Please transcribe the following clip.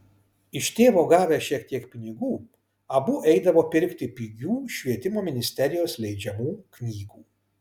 iš tėvo gavę šiek tiek pinigų abu eidavo pirkti pigių švietimo ministerijos leidžiamų knygų